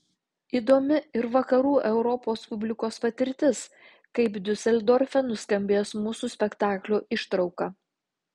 įdomi ir vakarų europos publikos patirtis kaip diuseldorfe nuskambės mūsų spektaklio ištrauka